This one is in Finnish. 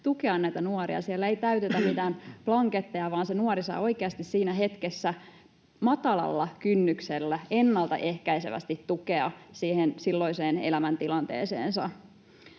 tukea näitä nuoria. Siellä ei täytetä mitään blanketteja vaan nuori saa oikeasti siinä hetkessä matalalla kynnyksellä ennaltaehkäisevästi tukea silloiseen elämäntilanteeseensa.